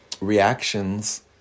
reactions